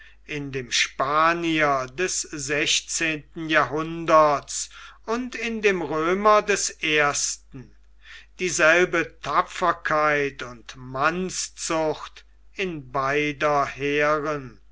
in dem spanier des sechzehnten jahrhunderts und in dem römer des ersten dieselbe tapferkeit und mannszucht in beider heeren